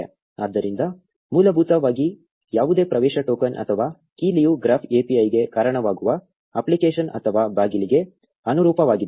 ಆದ್ದರಿಂದ ಮೂಲಭೂತವಾಗಿ ಯಾವುದೇ ಪ್ರವೇಶ ಟೋಕನ್ ಅಥವಾ ಕೀಲಿಯು ಗ್ರಾಫ್ API ಗೆ ಕಾರಣವಾಗುವ ಅಪ್ಲಿಕೇಶನ್ ಅಥವಾ ಬಾಗಿಲಿಗೆ ಅನುರೂಪವಾಗಿದೆ